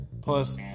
Plus